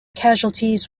casualties